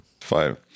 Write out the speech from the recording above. five